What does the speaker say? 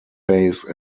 base